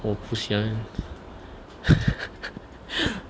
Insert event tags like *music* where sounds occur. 我不喜欢 *laughs*